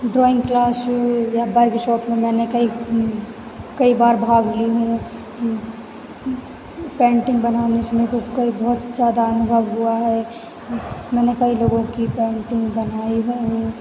drawing classroom में या workshop में मैंने कई कई बार भाग ली हूँ पेंटिंग बनाने से कई बहुत ज्यादा अनुभव हुआ है हम मैंने कई लोगों की पेंटिंग बनाई हुई हूँ